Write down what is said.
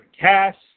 cast